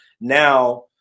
now